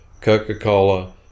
Coca-Cola